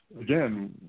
again